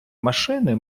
машини